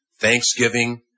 thanksgiving